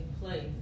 place